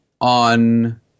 on